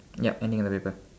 ya anything on the paper